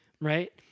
Right